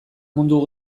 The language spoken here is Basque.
mundu